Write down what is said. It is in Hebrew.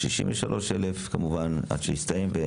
63,000 כמובן עד שיסתיים,